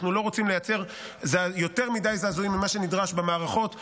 אנחנו לא רוצים לייצר יותר זעזועים ממה שנדרש במערכות שעובדות,